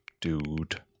dude